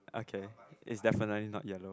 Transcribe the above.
okay it's definitely not yellow